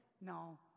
No